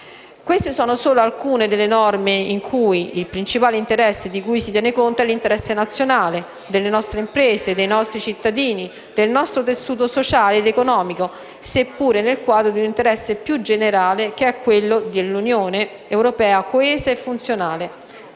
Queste sono solo alcune delle norme in cui il principale interesse di cui si tiene conto è l'interesse nazionale, delle nostre imprese, dei nostri cittadini, del nostro tessuto sociale ed economico, seppure nel quadro di un interesse più generale che è quello di un'Unione europea coesa e funzionale.